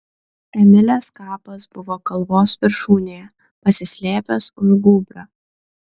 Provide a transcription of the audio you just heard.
emilės kapas buvo kalvos viršūnėje pasislėpęs už gūbrio